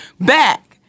back